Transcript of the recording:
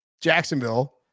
Jacksonville